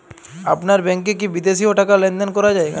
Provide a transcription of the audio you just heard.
আপনার ব্যাংকে কী বিদেশিও টাকা লেনদেন করা যায়?